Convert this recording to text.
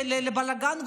לבלגן,